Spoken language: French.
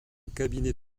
cabinet